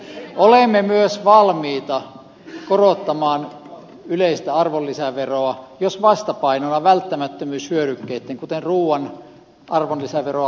olemme myös valmiita korottamaan yleistä arvonlisäveroa jos vastapainona välttämättömyyshyödykkeitten kuten ruuan arvonlisäveroa lasketaan